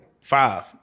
Five